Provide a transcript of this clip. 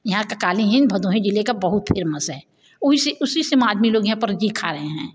यहाँ का क़ालीन भदोही ज़िले का बहुत फेमस है उही से उसी से हम आदमी लोग यहाँ पर घी खा रहे हैं